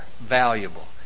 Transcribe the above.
valuable